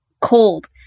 cold